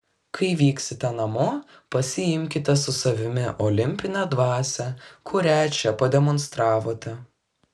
kai vyksite namo pasiimkite su savimi olimpinę dvasią kurią čia pademonstravote